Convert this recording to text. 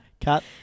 Cut